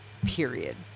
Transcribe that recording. Period